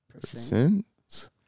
percent